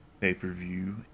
pay-per-view